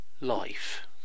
life